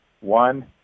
One